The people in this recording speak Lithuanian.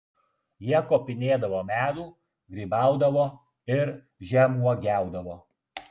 jie kopinėdavo medų grybaudavo ir žemuogiaudavo